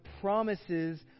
promises